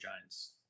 Giants